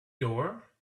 door